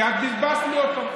כי את בזבזת לי אותו.